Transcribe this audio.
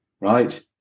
right